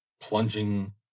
plunging